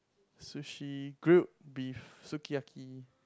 sushi grilled beef suki-yaki